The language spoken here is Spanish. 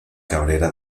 cabrera